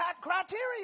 criteria